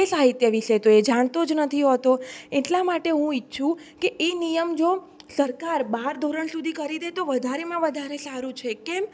એ સાહિત્ય વિષે એ જાણતો જ નથી હોતો એટલા માટે હું ઈચ્છું કે એ નિયમ જો સરકાર બાર ધોરણ સુધી કરી દે તો વધારેમાં વધારે સારું છે કેમ